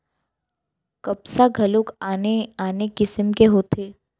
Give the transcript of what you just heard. कपसा घलोक आने आने किसिम के होथे